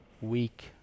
week